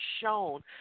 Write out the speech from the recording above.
shown